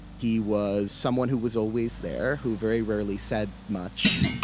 he was someone who was always there, who very rarely said much,